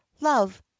love